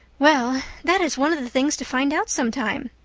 well, that is one of the things to find out sometime.